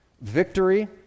Victory